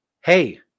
Hey